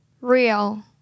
Real